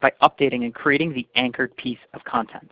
by updating and creating the anchored piece of content.